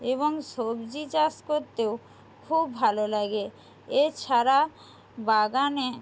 এবং সবজি চাষ করতেও খুব ভালো লাগে এছাড়া বাগানে